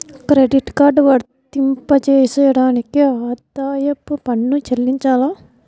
Credit card వర్తింపజేయడానికి ఆదాయపు పన్ను చెల్లించాలా?